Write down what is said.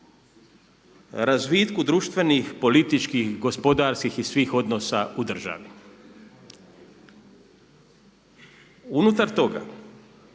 razvitku društvenih, političkih, gospodarskih i svih odnosa u državi. Unutar toga